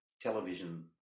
television